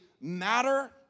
matter